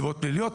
סיבות פליליות,